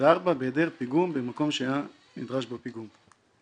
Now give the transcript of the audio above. וארבע בהיעדר פיגום במקום שהיה נדרש בו פיגום.